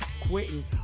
quitting